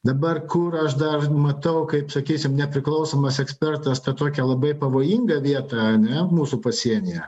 dabar kur aš dar matau kaip sakysim nepriklausomas ekspertas tą tokią labai pavojingą vietą ane mūsų pasienyje